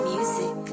Music